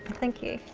thank you.